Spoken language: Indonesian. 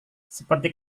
seperti